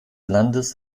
landes